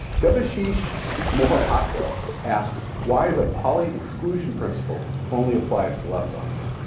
debashish mohapatra asks why the pauli exclusion principle only applies to leptons.